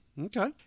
Okay